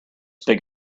big